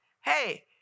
Hey